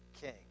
king